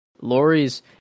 Lori's